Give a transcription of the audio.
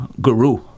guru